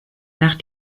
nach